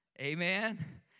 Amen